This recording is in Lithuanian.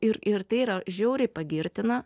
ir ir tai yra žiauriai pagirtina